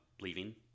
leaving